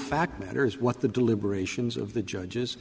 fact matters what the deliberations of the judges